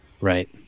right